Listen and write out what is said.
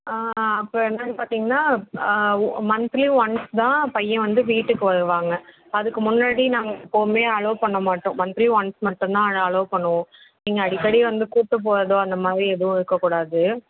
அப்புறம் என்னென்னு பார்த்தீங்கன்னா மந்த்லி ஒன்ஸ் தான் பையன் வந்து வீட்டுக்கு வருவாங்க அதுக்கு முன்னாடி நாங்கள் எப்போதுமே அலோ பண்ண மாட்டோம் மந்த்லி ஒன்ஸ் மட்டுந்தான் அலோ அலோ பண்ணுவோம் நீங்கள் அடிக்கடி வந்து கூட்டு போகிறதோ அந்தமாதிரி எதுவும் இருக்கக்கூடாது